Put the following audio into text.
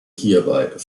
hierbei